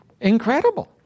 incredible